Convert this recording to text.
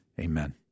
Amen